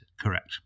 correct